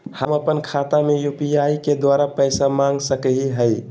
हम अपन खाता में यू.पी.आई के द्वारा पैसा मांग सकई हई?